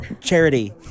Charity